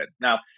now